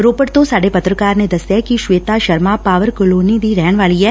ਰੋਪੜ ਤੋਂ ਸਾਡੇ ਪੱਤਰਕਾਰ ਨੇ ਦਸਿਐ ਕਿ ਸ਼ਵੇਤਾ ਸ਼ਰਮਾ ਪਾਵਰ ਕਲੌਨੀ ਦੀ ਰਹਿਣ ਵਾਲੀ ਐ